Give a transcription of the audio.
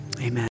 amen